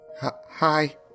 Hi